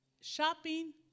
Shopping